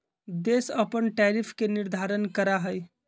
देश अपन टैरिफ के निर्धारण करा हई